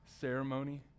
Ceremony